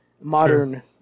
modern